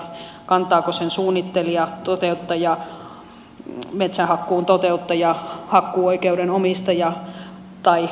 kantaako sen suunnittelija metsähakkuun toteuttaja hakkuuoikeuden omistaja vai metsänomistaja